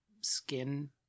skin